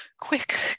quick